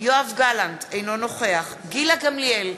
יואב גלנט, אינו נוכח גילה גמליאל,